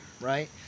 Right